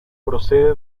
procede